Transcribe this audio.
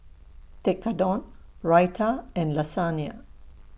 Tekkadon Raita and Lasagna